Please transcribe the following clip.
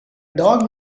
dog